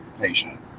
patient